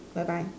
bye bye